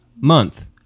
month